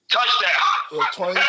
Touchdown